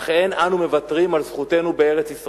אך אין אנו מוותרים על זכותנו בארץ-ישראל.